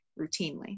routinely